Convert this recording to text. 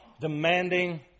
demanding